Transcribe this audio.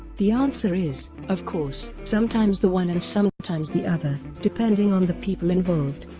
the answer is, of course, sometimes the one and sometimes the other, depending on the people involved.